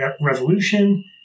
Revolution